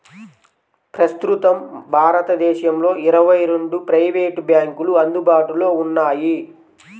ప్రస్తుతం భారతదేశంలో ఇరవై రెండు ప్రైవేట్ బ్యాంకులు అందుబాటులో ఉన్నాయి